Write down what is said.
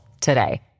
today